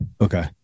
Okay